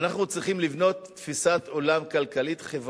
אנחנו צריכים לבנות תפיסת עולם כלכלית-חברתית,